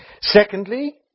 Secondly